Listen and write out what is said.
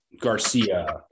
Garcia